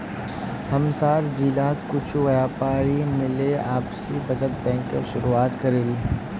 हमसार जिलात कुछु व्यापारी मिले आपसी बचत बैंकेर शुरुआत करील